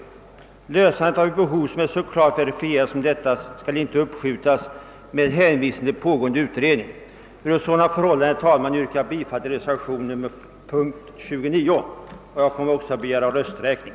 Ett beslut om anslag till ett behov som är så klart verifierat som detta skall inte uppskjutas under hänvisning till pågående utredning. Under sådana förhållanden, herr talman, yrkar jag bifall till reservationen I vid punkten 29. Jag kommer också att begära rösträkning.